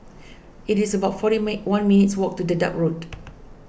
it is about forty meh one minutes' walk to Dedap Road